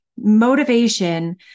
motivation